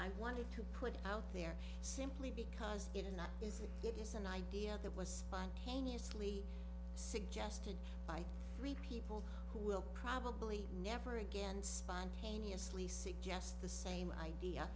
i wanted to put it out there simply because it is not is that it is an idea that was spontaneously suggested by three people who will probably never again spontaneously suggest the same idea